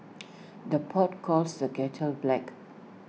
the pot calls the kettle black